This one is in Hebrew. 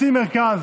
רוצים מרכז,